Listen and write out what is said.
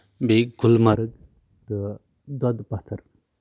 بیٚیہِ گُلمَرگ تہٕ دۄدٕپَتھٕر